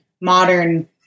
modern